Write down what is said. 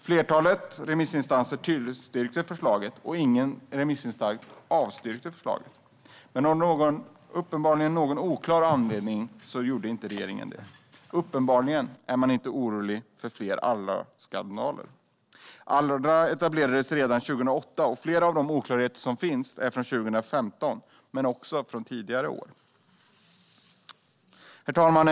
Flertalet remissinstanser tillstyrkte förslaget, och ingen remissinstans avstyrkte det. Men av någon oklar anledning har regeringen inte genomfört detta. Uppenbarligen är man inte orolig för fler Allraskandaler. Allra etablerades redan 2008. Flera av de oklarheter som finns är från 2015, men det finns även oklarheter från tidigare år. Herr talman!